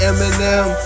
Eminem